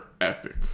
epic